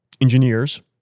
engineers